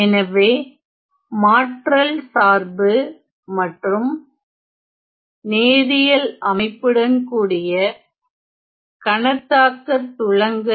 எனவே மாற்றல் சார்பு மற்றும் நேரியல் அமைப்புடன் கூடிய கணத்தாக்கத் துலங்கல்